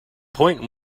point